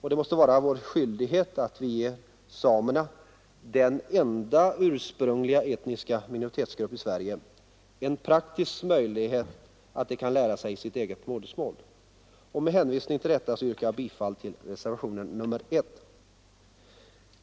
Det måste vara vår skyldighet att ge samerna, som den enda ursprungliga etniska minoritetsgruppen i Sverige, en praktisk möjlighet att lära sig sitt eget modersmål. Med hänvisning till detta ber jag att få yrka bifall till reservationen 1.